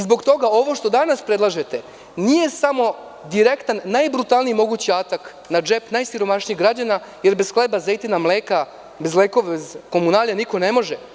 Zbog toga ovo što danas predlažete jeste direktan i najbrutalniji mogući atak na džep najsiromašnijih građana jer bez hleba, zejtina, mleka, bez lekova i komunalija niko ne može.